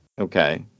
Okay